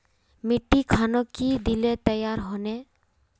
मिट्टी खानोक की दिले तैयार होने?